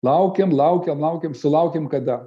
laukėm laukėm laukėm sulaukėm kada